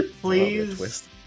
please